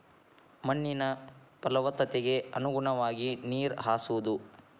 ಮಣ್ಣಿನ ಪಲವತ್ತತೆಗೆ ಅನುಗುಣವಾಗಿ ನೇರ ಹಾಸುದು